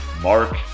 Mark